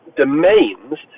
domains